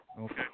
Okay